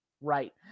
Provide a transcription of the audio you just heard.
right